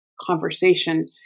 conversation